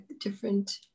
different